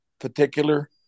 particular